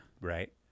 Right